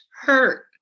hurt